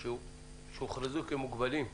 שהוכרזו כמוגבלים.